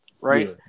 right